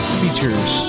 features